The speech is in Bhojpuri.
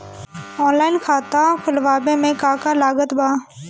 ऑनलाइन खाता खुलवावे मे का का लागत बा?